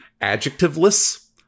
adjectiveless